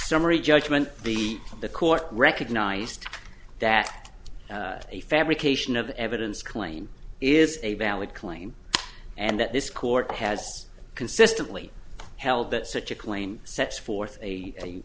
summary judgment the the court recognized that a fabrication of evidence claim is a valid claim and that this court has consistently held that such a claim sets forth a